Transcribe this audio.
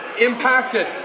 impacted